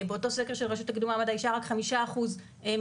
באותו סקר של הרשות לקידום מעמד האישה רק 5% ממי